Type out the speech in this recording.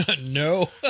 No